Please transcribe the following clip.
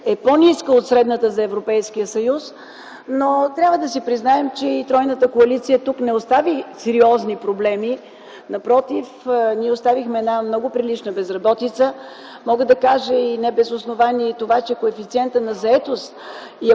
е по-ниска от средната за Европейския съюз, но трябва да си признаем, че и тройната коалиция тук не остави сериозни проблеми. Напротив, ние оставихме една много прилична безработица. Мога да кажа и не без основание това, че коефициентът на заетост го поехме